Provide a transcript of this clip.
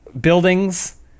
buildings